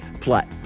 plot